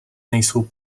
nejsou